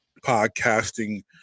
podcasting